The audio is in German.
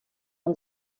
man